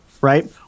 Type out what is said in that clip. right